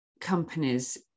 companies